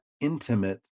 intimate